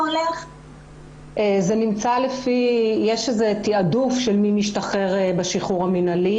יש איזה תעדוף של מי משתחרר בשחרור המינהלי.